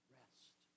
rest